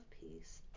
peace